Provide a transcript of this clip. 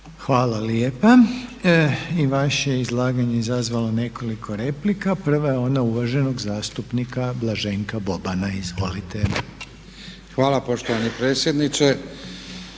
Hvala lijepa. I vaše izlaganje izazvalo je nekoliko replika. Prva je ona uvaženog zastupnika Blaženka Bobana. Izvolite. **Boban, Blaženko